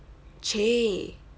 !chey!